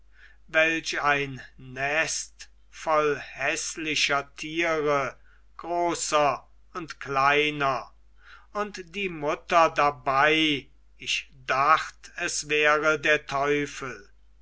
welch ein nest voll häßlicher tiere großer und kleiner und die mutter dabei ich dacht es wäre der teufel